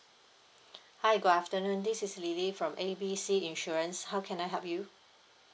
hi good afternoon this is lily from A B C insurance how can I help you